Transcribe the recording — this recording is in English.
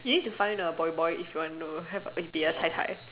you need to find a boy boy if you want to be a Tai-Tai